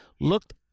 looked